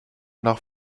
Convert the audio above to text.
nach